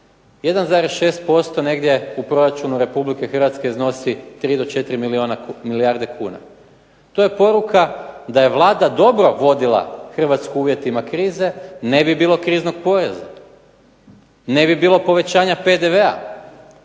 1,6% negdje u proračunu Republike Hrvatske iznosi 3 do 4 milijarde kuna. To je poruka da je Vlada dobro vodila Hrvatsku u uvjetima krize, ne bi bilo kriznog poreza, ne bi bilo povećanje PDV-a.